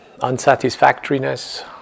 Unsatisfactoriness